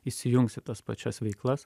įsijungs į tas pačias veiklas